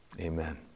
Amen